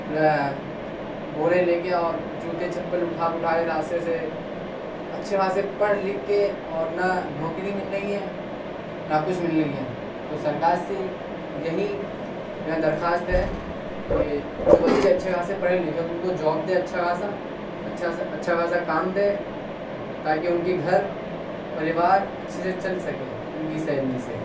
بورے لے کے اور جوتے چپل اٹھا اٹھا کے راستے سے اچھے خاصے پڑھ لکھ کے اور نہ نوکری مل رہی ہے نہ کچھ مل رہی ہے تو سرکار سے یہی درخواست ہے کہ جو بچے اچھے خاصے پڑھے لکھے ان کو جاب دے اچھا خاصا اچھا سا اچھا خاصا کام دے تاکہ ان کے گھر پریوار اچھے سے چل سکے ان کی سیلری سے